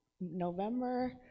November